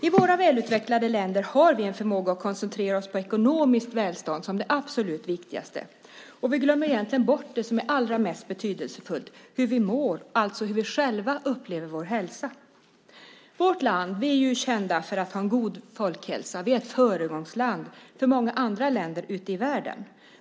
I våra välutvecklade länder har vi en förmåga att koncentrera oss på ekonomiskt välstånd som det absolut viktigaste, och vi glömmer egentligen bort det som är allra mest betydelsefullt: hur vi mår, alltså hur vi själva upplever vår hälsa. Vårt land är känt för att ha en god folkhälsa, och vi är ett föregångsland för många andra länder ute i världen.